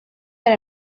that